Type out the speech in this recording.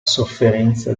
sofferenza